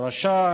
דרשה,